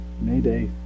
mayday